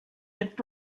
mit